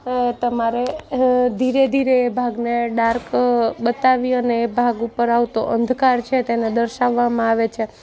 એ તમારે ધીરે ધીરે એ ભાગને ડાર્ક બતાવી અને એ ભાગ ઉપર આવતો અંધકાર છે તેને દર્શાવવામાં આવે છે